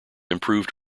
improved